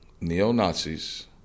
neo-Nazis